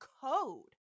code